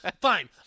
fine